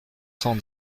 cent